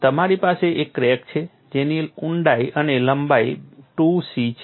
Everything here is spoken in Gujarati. તમારી પાસે એક ક્રેક છે જેની ઊંડાઈ એ અને લંબાઈ 2c છે